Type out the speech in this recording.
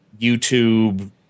YouTube